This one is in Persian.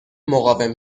مقاوم